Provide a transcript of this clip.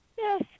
Yes